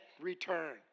return